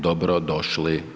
Dobro došli!